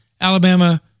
Alabama